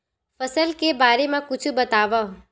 फसल के बारे मा कुछु बतावव